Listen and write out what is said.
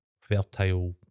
fertile